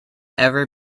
ever